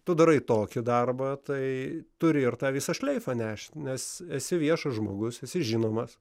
tu darai tokį darbą tai turi ir tą visą šleifą nešt nes esi viešas žmogus esi žinomas